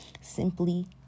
simply